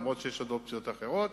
אף-על-פי שיש עוד אופציות אחרות,